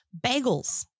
Bagels